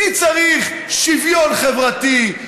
מי צריך שוויון חברתי?